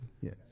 Yes